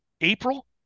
April